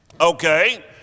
Okay